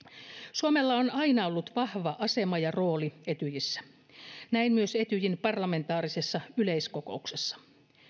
suomella on aina ollut vahva asema ja rooli etyjissä näin myös etyjin parlamentaarisessa yleiskokouksessa